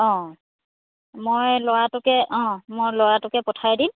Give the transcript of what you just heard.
অঁ মই ল'ৰাটোকে অঁ মই ল'ৰাটোকে পঠাই দিম